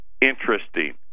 interesting